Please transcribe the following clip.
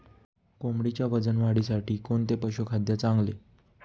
कोंबडीच्या वजन वाढीसाठी कोणते पशुखाद्य चांगले?